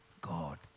God